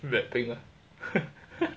black pink ah